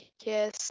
Yes